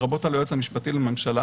לרבות על היועץ המשפטי לממשלה,